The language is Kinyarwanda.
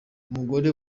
umugore